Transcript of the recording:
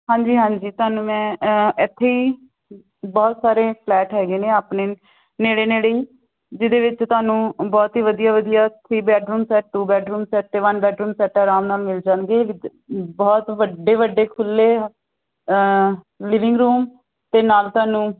ਹਾਂਜੀ ਹਾਂਜੀ ਤੁਹਾਨੂੰ ਮੈਂ ਇੱਥੇ ਹੀ ਬਹੁਤ ਸਾਰੇ ਫਲੈਟ ਹੈਗੇ ਨੇ ਆਪਣੇ ਨੇੜੇ ਨੇੜੇ ਜਿਹਦੇ ਵਿੱਚ ਤੁਹਾਨੂੰ ਬਹੁਤ ਹੀ ਵਧੀਆ ਵਧੀਆ three bedroom set two bedroom set bed room set ਆਰਾਮ ਨਾਲ ਮਿਲ ਜਾਣਗੇ ਬਹੁਤ ਵੱਡੇ ਵੱਡੇ ਖੁੱਲ੍ਹੇ ਲੀਵਿੰਗ ਰੂਮ ਅਤੇ ਨਾਲ ਤੁਹਾਨੂੰ